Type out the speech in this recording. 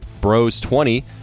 BROS20